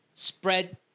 spread